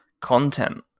content